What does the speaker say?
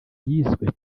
yiswe